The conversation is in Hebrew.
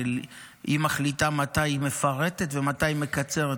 היא מחליטה מתי היא מפרטת ומתי היא מקצרת.